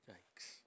Yikes